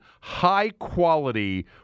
high-quality